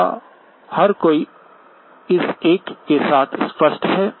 क्या हर कोई इस एक के साथ स्पष्ट है